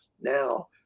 now